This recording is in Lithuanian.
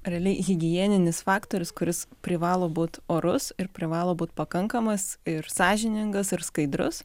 realiai higieninis faktorius kuris privalo būt orus ir privalo būt pakankamas ir sąžiningas ir skaidrus